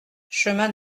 chemin